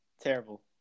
Terrible